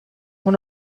اون